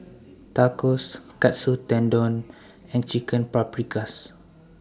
Tacos Katsu Tendon and Chicken Paprikas